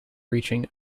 reaching